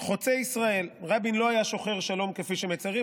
"חוצה ישראל: רבין לא היה שוחר שלום כפי שמציירים".